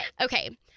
Okay